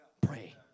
Pray